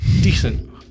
decent